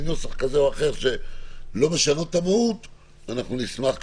נוסח מסוימים שלא משנות את המהות אנחנו נשמח,